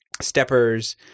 steppers